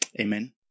Amen